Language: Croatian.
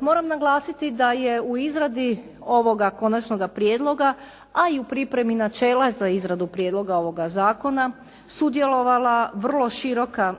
Moram naglasiti da je u izradi ovoga konačnoga prijedloga, a i pripremi načela za izradu prijedloga ovoga zakona sudjelovala vrlo široka